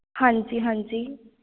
ਹਾਂਜੀ ਹਾਂਜੀ